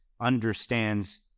understands